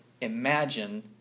imagine